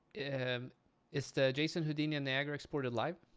and is the json houdini and niagara exported live?